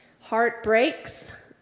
heartbreaks